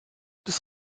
des